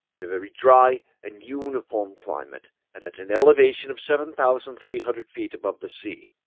in a very dry and uniform climate, and at an elevation of seven thousand three hundred feet above the sea.